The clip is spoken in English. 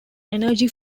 energy